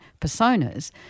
personas